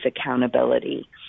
accountability